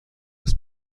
است